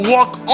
Walk